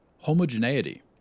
homogeneity